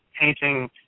painting